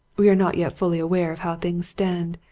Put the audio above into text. we are not yet fully aware of how things stand.